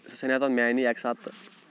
سُہ ژھٮ۪نے تَتھ میٛانی اَکہِ ساتہٕ تہٕ